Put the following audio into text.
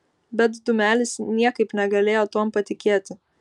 bet dūmelis niekaip negalėjo tuom patikėti